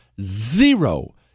zero